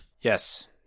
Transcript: Yes